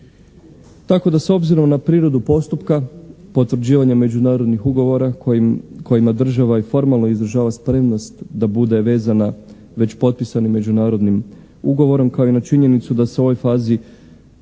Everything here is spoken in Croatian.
Tako da s obzirom na prirodu postupka potvrđivanje međunarodnih ugovora kojima država i formalno izražava spremnost da bude vezana već potpisanim međunarodnim ugovorom kao i na činjenicu da se u ovoj fazi